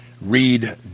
Read